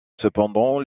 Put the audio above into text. cependant